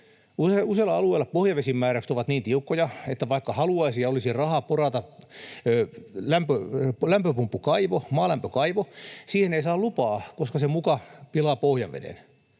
Useilla alueilla pohjavesimääräykset ovat niin tiukkoja, että vaikka haluaisi ja olisi rahaa porata lämpöpumppukaivo, maalämpökaivo, siihen ei saa lupaa, koska se muka pilaa pohjaveden.